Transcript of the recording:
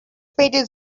painted